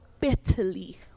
bitterly